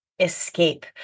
escape